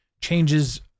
changes